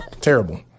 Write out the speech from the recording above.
Terrible